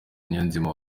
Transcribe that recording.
niyonzima